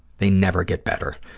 they never get better.